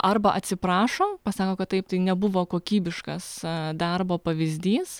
arba atsiprašo pasako kad taip tai nebuvo kokybiškas darbo pavyzdys